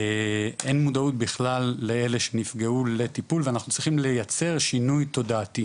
אין מודעות בכלל לאלה שנפגעו לטיפול ואנחנו צריכים לייצר שינוי תודעתי